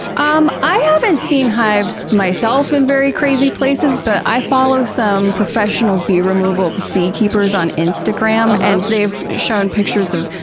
um i haven't seen hives, myself, in very crazy places. but, i follow some professional bee removal beekeepers on instagram and they've shown pictures of,